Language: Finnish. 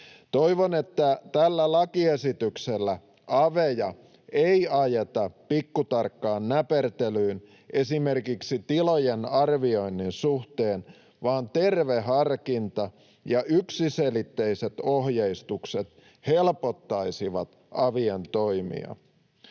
Toivon, että tällä lakiesityksellä aveja ei ajeta pikkutarkkaan näpertelyyn esimerkiksi tilojen arvioinnin suhteen, vaan terve harkinta ja yksiselitteiset ohjeistukset helpottaisivat avien toimia.